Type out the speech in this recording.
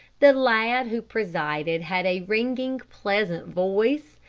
the lad who presided had a ringing, pleasant voice.